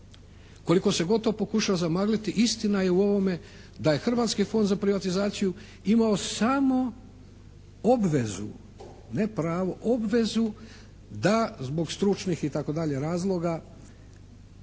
Koliko se god to pokušava zamagliti istina je u ovome da je Hrvatskih fond za privatizaciju imao samo obvezu ne pravo, obvezu da zbog stručnih itd. razloga